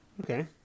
Okay